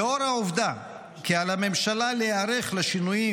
לאור העובדה כי על הממשלה להיערך לשינויים